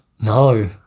No